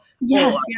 Yes